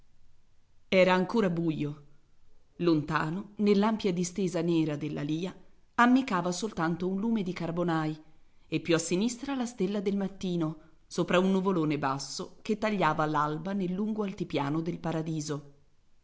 era ancora buio lontano nell'ampia distesa nera dell'alìa ammiccava soltanto un lume di carbonai e più a sinistra la stella del mattino sopra un nuvolone basso che tagliava l'alba nel lungo altipiano del paradiso